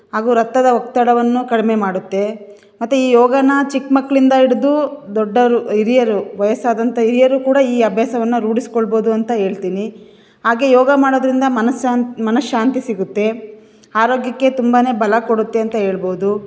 ಹಾಗೂ ರಕ್ತದ ಒತ್ತಡವನ್ನೂ ಕಡಿಮೆ ಮಾಡುತ್ತೆ ಮತ್ತು ಈ ಯೋಗನ ಚಿಕ್ಕ ಮಕ್ಕಳಿಂದ ಹಿಡ್ದು ದೊಡ್ಡೋರು ಹಿರಿಯರು ವಯಸ್ಸಾದಂಥ ಹಿರಿಯರು ಕೂಡ ಈ ಅಭ್ಯಾಸವನ್ನ ರೂಢಿಸ್ಕೊಳ್ಬೋದು ಅಂತ ಹೇಳ್ತೀನಿ ಹಾಗೆ ಯೋಗ ಮಾಡೋದರಿಂದ ಮನಃಶಾಂತಿ ಮನಃಶಾಂತಿ ಸಿಗುತ್ತೆ ಆರೋಗ್ಯಕ್ಕೆ ತುಂಬನೇ ಬಲ ಕೊಡುತ್ತೆ ಅಂತ ಹೇಳ್ಬೋದು